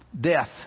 Death